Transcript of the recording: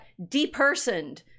depersoned